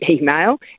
email